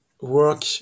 work